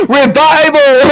revival